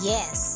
Yes